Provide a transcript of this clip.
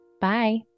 Bye